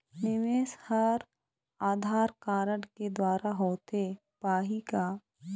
निवेश हर आधार कारड के द्वारा होथे पाही का?